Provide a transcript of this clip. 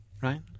right